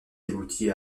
aboutit